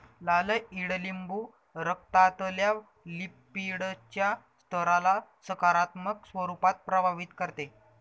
लाल ईडलिंबू रक्तातल्या लिपीडच्या स्तराला सकारात्मक स्वरूपात प्रभावित करते